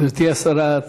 גברתי השרה,